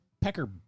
Pecker